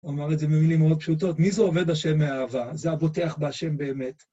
הוא אמר את זה במילים מאוד פשוטות, מי זה עובד השם מאהבה? זה הבוטח בהשם באמת.